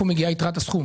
ומאיפה מגיעה יתרת הסכום?